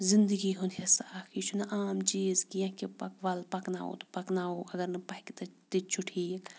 زِندگی ہُںٛد حِصہٕ اَکھ یہِ چھُنہٕ عام چیٖز کیںٛہہ کہِ پَکھ وَلہٕ پَکناوَو تہٕ پَکناوَو اگر نہٕ پَکہِ تہٕ تہِ تہِ چھُ ٹھیٖک